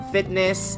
Fitness